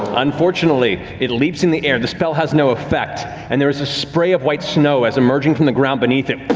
unfortunately, it leaps in the air. the spell has no effect and there is a spray of white snow as emerging from the ground beneath it